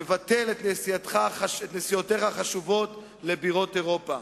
לבטל את נסיעותיך החשובות לבירות אירופה.